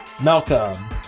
Malcolm